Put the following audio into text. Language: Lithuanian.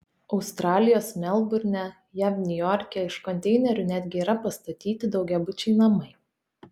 australijos melburne jav niujorke iš konteinerių netgi yra pastatyti daugiabučiai namai